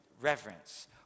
reverence